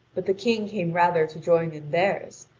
but the king came rather to join in theirs,